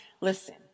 listen